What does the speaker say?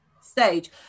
stage